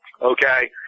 okay